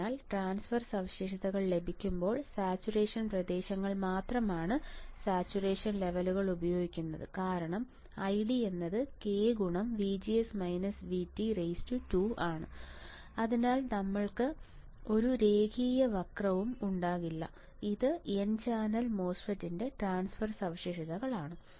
അതിനാൽ ട്രാൻസ്ഫർ സവിശേഷതകൾ ലഭിക്കുമ്പോൾ സാച്ചുറേഷൻ പ്രദേശങ്ങൾ മാത്രമാണ് സാച്ചുറേഷൻ ലെവലുകൾ ഉപയോഗിക്കുന്നത് കാരണം ID k2 അതിനാൽ ഞങ്ങൾക്ക് ഒരു രേഖീയ വക്രവും ഉണ്ടാകില്ല ഇത് n ചാനൽ MOSFET ന്റെ ട്രാൻസ്ഫർ സവിശേഷതകളാണ്